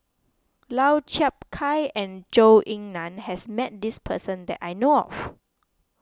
Lau Chiap Khai and Zhou Ying Nan has met this person that I know of